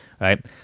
right